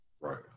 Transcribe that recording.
right